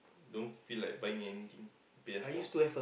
don't feel like buying anything P_S-four